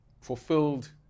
fulfilled